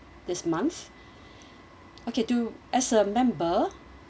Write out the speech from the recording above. this month okay do as a member